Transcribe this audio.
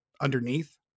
underneath